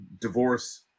divorce